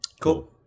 Cool